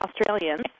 Australians